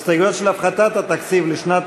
הסתייגויות של הפחתת התקציב לשנת